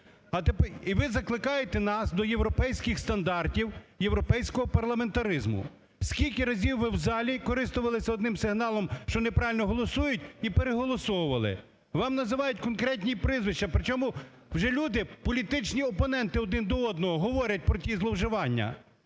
І ви закликаєте нас до європейських стандартів, європейського парламентаризму. Скільки разів ви у залі користувалися одним сигналом, що неправильно голосують і переголосовували. Вам називають конкретні прізвища, при чому вже люди політичні опоненти один до одного говорять про ті зловживання,